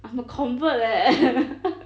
I'm a convert leh